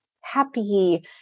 happy